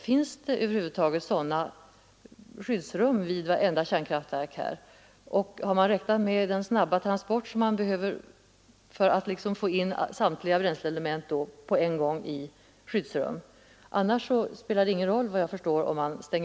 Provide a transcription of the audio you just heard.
Finns det över huvud taget skyddsrum för detta ändamål vid vartenda kärnkraftverk, och har man räknat med den snabba transport som behövs för att få in samtliga bränsleelement i skyddsrum på en gång?